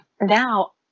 now